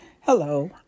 Hello